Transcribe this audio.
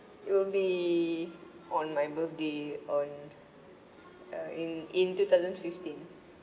it will be on my birthday on uh in in two thousand fifteen